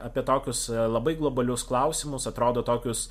apie tokius labai globalius klausimus atrodo tokius